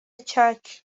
چاک